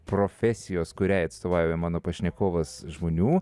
profesijos kuriai atstovauja mano pašnekovas žmonių